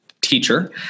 teacher